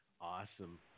Awesome